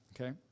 okay